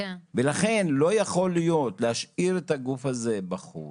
לכן, לא יכול להיות שנשאיר את הגוף הזה בחוץ.